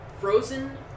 Frozen